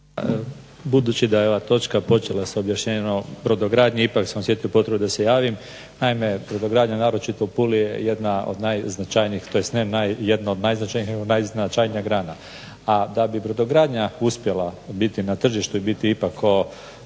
Budući da je ova točka počela s objašnjenjem brodogradnje ipak sam osjetio potrebu da se javim. Naime, brodogradnja naročito u Puli je jedna od najznačajnijih tj. ne jedna od najznačajnijih nego najznačajnija grana, a da bi brodogradnja uspjela biti na tržištu i biti ipak … Uljanik